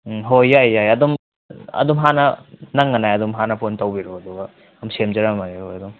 ꯎꯝ ꯍꯣꯏ ꯌꯥꯏ ꯌꯥꯏ ꯑꯗꯨꯝ ꯑꯗꯨꯝ ꯍꯥꯟꯅ ꯅꯪꯅꯅꯦ ꯑꯗꯨꯝ ꯍꯥꯟꯅ ꯐꯣꯟ ꯇꯧꯕꯤꯔꯛꯑꯣ ꯑꯗꯨꯒ ꯑꯗꯨꯝ ꯁꯦꯝꯖꯔꯝꯃꯒꯦ ꯑꯩꯈꯣꯏ ꯑꯗꯨꯝ